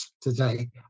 today